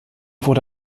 wurde